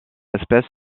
espèce